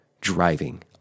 driving